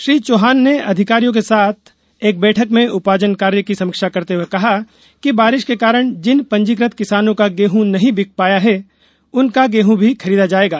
श्री चौहान ने अधिकारियों के साथ के एक बैठक में उपार्जन कार्य की समीक्षा करते हुए कहा कि बारिश के कारण जिन पंजीकृत किसानों का गेहूं नहीं बिक पाया है उनका गेहूं भी खरीदा जायेगा